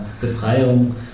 Befreiung